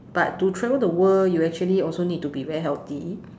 but to travel the world you actually also need to be very healthy